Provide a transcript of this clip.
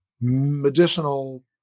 medicinal